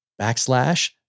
backslash